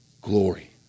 glory